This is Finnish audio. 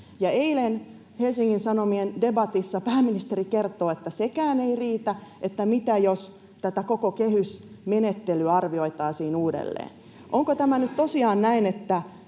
eilen Helsingin Sanomien debatissa pääministeri kertoo, että sekään ei riitä, että mitä jos tätä koko kehysmenettelyä arvioitaisiin uudelleen. Onko tämä nyt tosiaan näin,